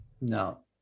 no